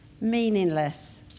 meaningless